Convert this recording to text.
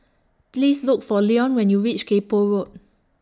Please Look For Leon when YOU REACH Kay Poh Road